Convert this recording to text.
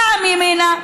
פעם ימינה,